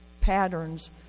patterns